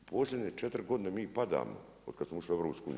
Posljednje 4 godine mi padamo, otkad smo ušli u EU.